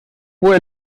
fue